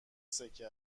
سکه